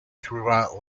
throughout